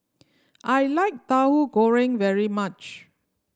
I like Tauhu Goreng very much